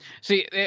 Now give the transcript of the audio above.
See